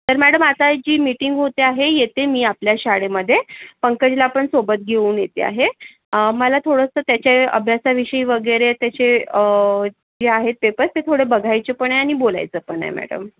तर मॅडम आता ही जी मीटिंग होते आहे येते मी आपल्या शाळेमध्ये पंकजला पण सोबत घेऊन येते आहे मला थोडंसं त्याच्या अभ्यासाविषयी वगैरे त्याचे जे आहेत पेपर ते थोडे बघायचं पण आहे आणि बोलायचं पण आहे मॅडम